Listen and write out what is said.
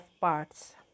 parts